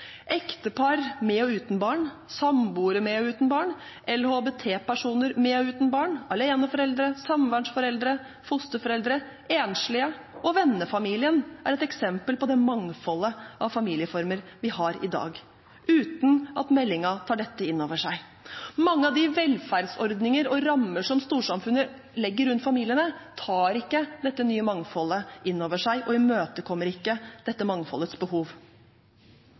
Ektepar med og uten barn, samboere med og uten barn, LHBT-personer med og uten barn, aleneforeldre, samværsforeldre, fosterforeldre, enslige og vennefamilien er eksempler på det mangfoldet av familieformer vi har i dag – uten at meldingen tar dette inn over seg. Mange av de velferdsordninger og rammer som storsamfunnet legger rundt familiene, tar ikke dette nye mangfoldet inn over seg og imøtekommer ikke dette mangfoldets behov.